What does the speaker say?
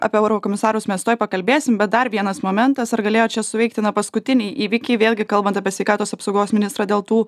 apie eurokomisarus mes tuoj pakalbėsim bet dar vienas momentas ar galėjo čia suveikti na paskutiniai įvykiai vėlgi kalbant apie sveikatos apsaugos ministrą dėl tų